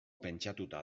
pentsatuta